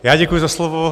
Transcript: Já děkuji za slovo.